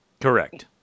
Correct